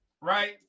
right